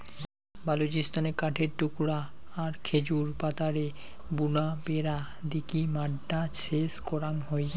বালুচিস্তানে কাঠের টুকরা আর খেজুর পাতারে বুনা বেড়া দিকি মাড্ডা সেচ করাং হই